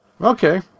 Okay